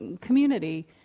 community